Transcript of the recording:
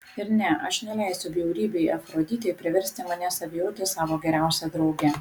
ir ne aš neleisiu bjaurybei afroditei priversti manęs abejoti savo geriausia drauge